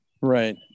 Right